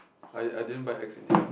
I I didn't buy X in the end